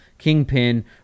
kingpin